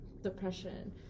depression